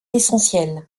essentielle